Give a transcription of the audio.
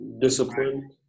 Discipline